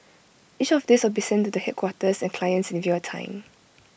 each of these will be sent to the headquarters and clients in real time